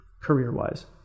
career-wise